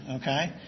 okay